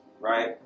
right